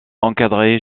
encadré